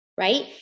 Right